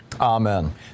Amen